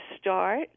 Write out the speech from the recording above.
start